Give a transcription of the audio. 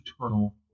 eternal